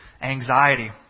anxiety